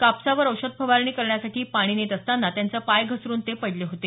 कापसावर औषध फवारणी करण्यासाठी पाणी नेत असताना त्यांचा पाय घसरून ते पडले होते